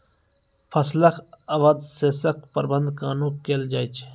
फसलक अवशेषक प्रबंधन कूना केल जाये?